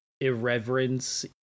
irreverence-